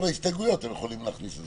בהסתייגויות אתם יכולים להכניס את זה.